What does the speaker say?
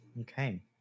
Okay